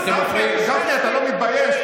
אתה לא מתבייש?